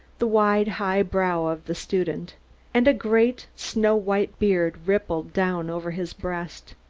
the wide, high brow of the student and a great, snow-white beard rippled down over his breast.